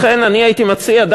לכן הייתי מציע,